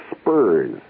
spurs